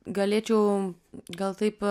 galėčiau gal taip